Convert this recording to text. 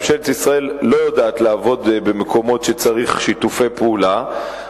ממשלת ישראל לא יודעת לעבוד במקומות שצריך שיתופי פעולה,